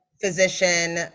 physician